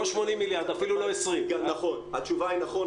לא 80 מיליארד, אפילו לא 20. התשובה היא נכון,